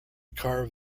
carve